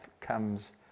comes